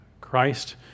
Christ